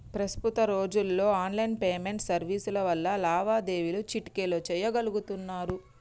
ప్రస్తుత రోజుల్లో online payment సర్వీసుల వల్ల లావాదేవీలు చిటికెలో చెయ్యగలుతున్నరు